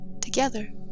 together